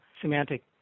semantic